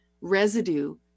residue